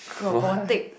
robotic